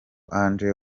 angel